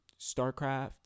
Starcraft